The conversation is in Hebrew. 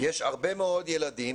יש הרבה מאוד ילדים